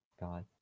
God